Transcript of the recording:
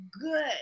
good